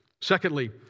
Secondly